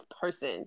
person